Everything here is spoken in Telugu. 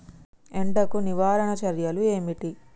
ఎండకు నివారణ చర్యలు ఏమిటి?